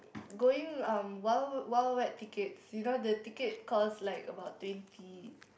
going um Wild Wild Wet tickets you know the ticket cost like about twenty